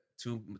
two